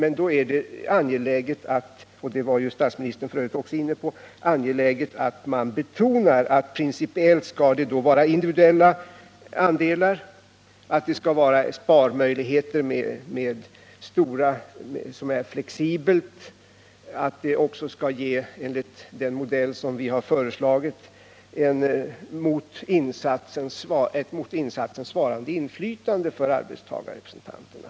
Men då är det angeläget — det var ju f. ö. också statsministern inne på — att man betonar att det principiellt skall vara individuella andelar, att det skall vara sparmöjligheter med stor flexibilitet, att det enligt den modell som vi har föreslagit skall ge ett mot insatsen svarande inflytande för arbetstagarrepresentanterna.